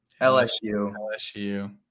LSU